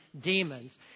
demons